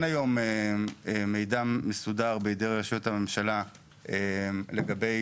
היום אין בידי רשויות הממשלה מידע מסודר לגבי